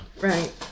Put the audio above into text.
right